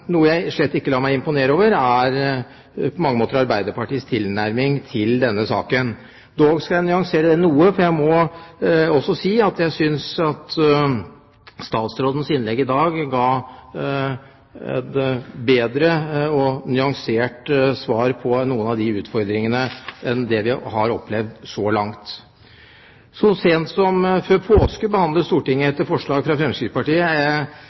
på mange måter Arbeiderpartiets tilnærming til denne saken. Dog skal jeg nyansere det noe, for jeg må også si at jeg synes at statsrådens innlegg i dag ga et bedre og et mer nyansert svar på noe av disse utfordringene enn det vi har opplevd så langt. Så sent som før påske behandlet Stortinget etter forslag fra Fremskrittspartiet